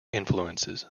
influences